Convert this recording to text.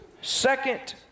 second